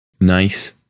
Nice